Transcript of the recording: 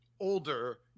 older